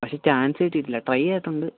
പക്ഷേ ചാൻസ് കിട്ടിയിട്ടില്ല ട്രൈ ചെയ്തിട്ടുണ്ട്